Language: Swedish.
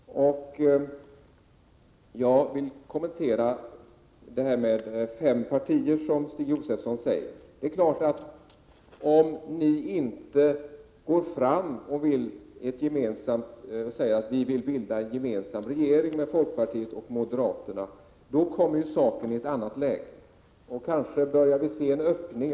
Jag vill kommentera det som Stig Josefson sade om att vi har fem partier i riksdagen. Det är klart att om ni inte går fram gemensamt med de andra borgerliga partierna och säger att ni vill bilda regering tillsammans med folkpartiet och moderaterna kommer saken i ett annat läge. Kanske börjar vi se en öppning här.